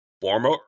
former